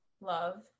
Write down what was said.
Love